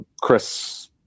Chris